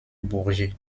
bourget